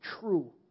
true